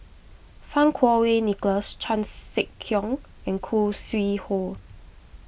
Fang Kuo Wei Nicholas Chan Sek Keong and Khoo Sui Hoe